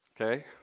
Okay